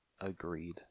Agreed